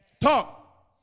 Talk